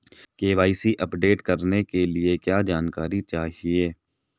KYC update करने के लिए क्या जानकारी चाहिए?